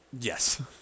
Yes